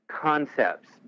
concepts